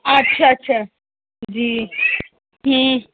اچھا اچھا جی